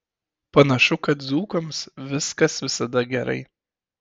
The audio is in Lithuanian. panašu kad dzūkams viskas visada gerai